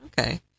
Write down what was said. Okay